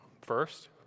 First